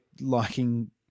liking